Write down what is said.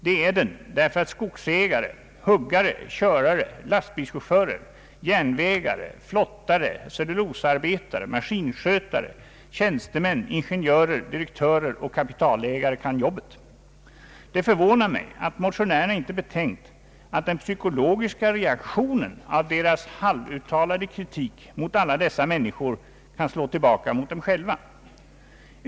Det är den därför att skogsägare, huggare, körare, lastbilschaufförer, järnvägare, flottare, cellulosaarbetare, maskinskötare, tjänstemän, ingenjörer, direktörer och kapitalägare kan jobbet. Det förvånar mig att motionärerna inte betänkt att den psykologiska reaktionen av deras halvuttalade kritik mot alla dessa människor kan slå tillbaka mot dem själva.